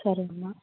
సరేనమ్మా